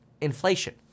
Inflation